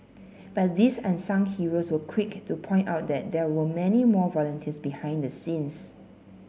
but these unsung heroes were quick to point out that there were many more volunteers behind the scenes